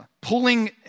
pulling